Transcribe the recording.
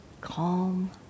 calm